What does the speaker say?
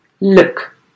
look